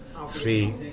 Three